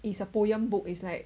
it's a poem book is like